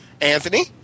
Anthony